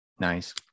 Nice